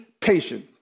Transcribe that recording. Patient